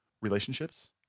relationships